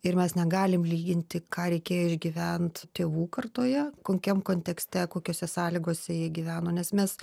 ir mes negalim lyginti ką reikėjo išgyvent tėvų kartoje kokiam kontekste kokiose sąlygose jie gyveno nes mes